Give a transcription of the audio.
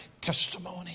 testimony